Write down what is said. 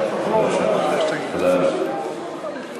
גברתי.